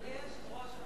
אדוני היושב-ראש,